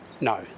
No